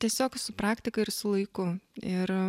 tiesiog su praktika ir su laiku ir